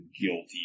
guilty